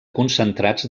concentrats